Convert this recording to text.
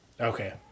Okay